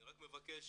אני רק מבקש